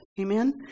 Amen